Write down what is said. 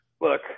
Look